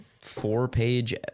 four-page